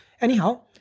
Anyhow